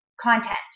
content